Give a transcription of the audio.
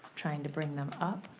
trying to bring them up,